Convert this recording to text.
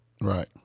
Right